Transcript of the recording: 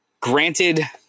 granted